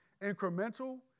incremental